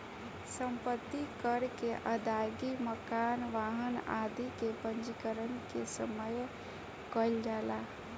सम्पत्ति कर के अदायगी मकान, वाहन आदि के पंजीकरण के समय कईल जाला